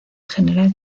general